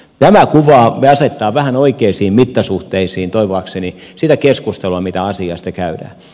tämä kuva asettaa vähän oikeisiin mittasuhteisiin toivoakseni sitä keskustelua mitä asiasta käydään